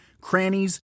crannies